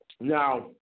Now